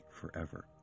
forever